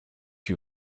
you